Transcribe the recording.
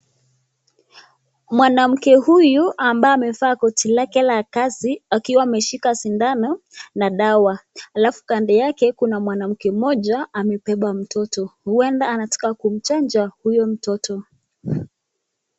Mwanamke huyu ambaye amevaa koti lake la kazi akiwa ameshika sindano na dawa alafu kando yake kuna mwanamke mmoja amebeba mtoto huenda anataka kumchanja huyo mtoto.